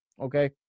okay